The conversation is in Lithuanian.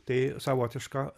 tai savotiška